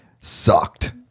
sucked